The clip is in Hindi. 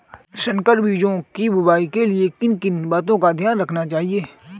संकर बीजों की बुआई के लिए किन किन बातों का ध्यान रखना चाहिए?